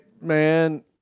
man